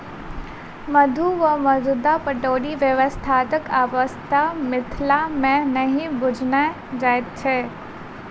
मद्दु वा मद्दा पटौनी व्यवस्थाक आवश्यता मिथिला मे नहि बुझना जाइत अछि